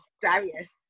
darius